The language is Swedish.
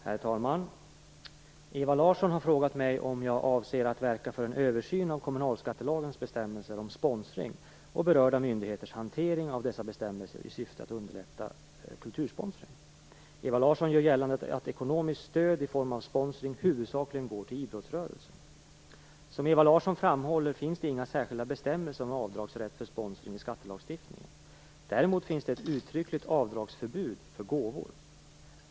Herr talman! Ewa Larsson har frågat mig om jag avser att verka för en översyn av kommunalskattelagens bestämmelser om sponsring och berörda myndigheters hantering av dessa bestämmelser i syfte att underlätta kultursponsring. Ewa Larsson gör gällande att ekonomiskt stöd i form av sponsring huvudsakligen går till idrottsrörelsen. Som Ewa Larsson framhåller finns det inga särskilda bestämmelser om avdragsrätt för sponsring i skattelagstiftningen. Däremot finns det ett uttryckligt avdragsförbud för gåvor.